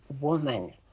woman